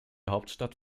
hauptstadt